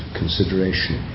consideration